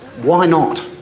why not?